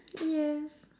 yes